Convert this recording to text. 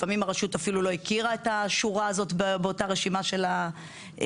לפעמים הרשות אפילו לא הכירה את השורה הזאת באותה רשימה של ה-1,600.